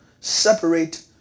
separate